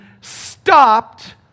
stopped